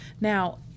Now